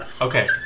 Okay